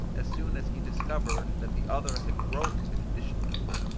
as soon as he discovered that the other had broke the conditions of it,